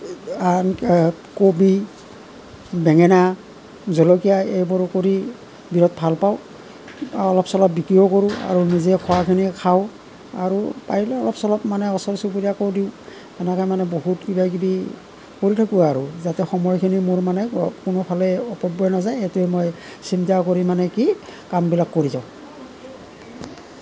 আন কবি বেঙেনা জলকীয়া এইবোৰ কৰি বিৰাট ভাল পাওঁ অলপ চলপ বিক্ৰীও কৰোঁ আৰু নিজে খোৱাখিনি খাওঁ আৰু পাৰিলে অলপ চলপ মানে ওচৰ চুবুৰীয়াকো দিওঁ এনেকে মানে বহুত কিবা কিবি কৰি থাকোঁ আৰু যাতে সময়খিনি মোৰ মানে কোনোফালেই অপব্যয় নাযায় এইটোৱে মই চিন্তা কৰি মানে কি কামবিলাক কৰি যাওঁ